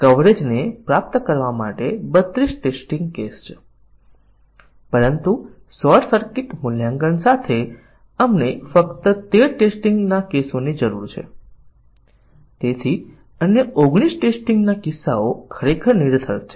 તે માટે આપણે ઓછામાં ઓછું એક ઉદાહરણ આપી શકીએ જ્યાં આપણે બતાવીએ કે આપણે નિવેદન કવરેજ પ્રાપ્ત કરીએ છીએ પરંતુ તે શાખા કવરેજ પ્રાપ્ત કરતું નથી જે દર્શાવે છે કે નિવેદન કવરેજ શાખા કવરેજ પ્રાપ્ત કરતું નથી